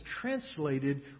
translated